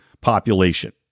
population